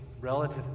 relative